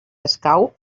escau